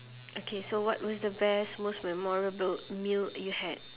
okay so what what is the best most memorable meal you had